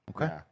okay